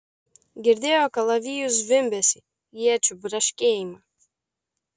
girdėjo kalavijų zvimbesį iečių braškėjimą